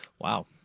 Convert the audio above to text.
Wow